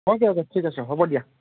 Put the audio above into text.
okay okay ঠিক আছে হ'ব দিয়া